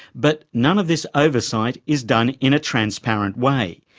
but none of this oversight is done in a transparent way.